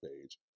page